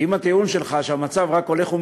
כי אם הטיעון שלך שהמצב רק הולך ומידרדר,